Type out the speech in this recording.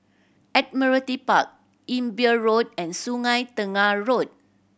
Admiralty Park Imbiah Road and Sungei Tengah Road